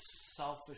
selfish